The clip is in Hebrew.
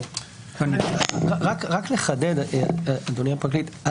רק לחדד אדוני הפרקליט,